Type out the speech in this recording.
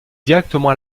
directement